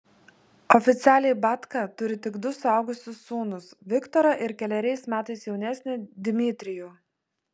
oficialiai batka turi tik du suaugusius sūnus viktorą ir keleriais metais jaunesnį dmitrijų